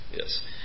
yes